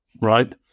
right